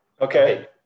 Okay